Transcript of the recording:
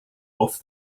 off